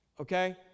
okay